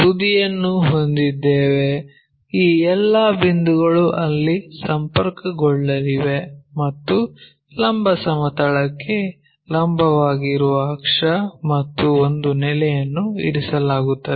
ತುದಿಯನ್ನು ಹೊಂದಿದ್ದೇವೆ ಈ ಎಲ್ಲಾ ಬಿಂದುಗಳು ಅಲ್ಲಿ ಸಂಪರ್ಕಗೊಳ್ಳಲಿವೆ ಮತ್ತು ಲಂಬ ಸಮತಲಕ್ಕೆ ಲಂಬವಾಗಿರುವ ಅಕ್ಷ ಮತ್ತು ಒಂದು ನೆಲೆಗಳನ್ನು ಇರಿಸಲಾಗುತ್ತದೆ